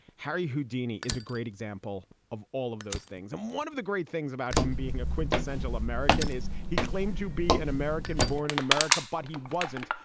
harry houdini is a great example of all of those things. and one of the great things about him being a quintessential american is he claimed to be an american born in america, but he wasn't.